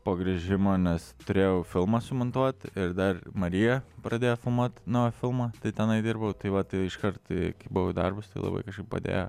po grįžimo nes turėjau filmą sumontuoti ir dar marija pradėjo filmuot naują filmą tai tenai dirbau tai vat iškart buvo į darbus tai labai padėjo